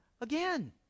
again